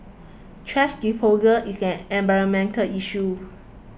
thrash disposal is an environmental issue